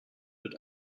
wird